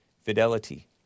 fidelity